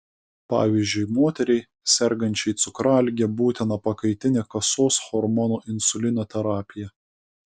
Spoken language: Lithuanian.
pavyzdžiui moteriai sergančiai cukralige būtina pakaitinė kasos hormono insulino terapija